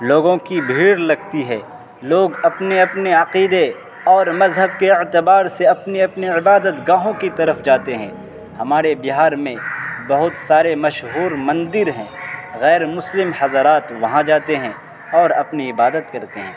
لوگوں کی بھیڑ لگتی ہے لوگ اپنے اپنے عقیدے اور مذہب کے اعتبار سے اپنے اپنے عبادت گاہوں کی طرف جاتے ہیں ہمارے بہار میں بہت سارے مشہور مندر ہیں غیر مسلم حضرات وہاں جاتے ہیں اور اپنی عبادت کرتے ہیں